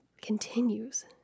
continues